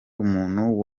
umuntu